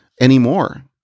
anymore